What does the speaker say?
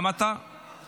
גם אתה לא.